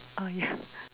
err yeah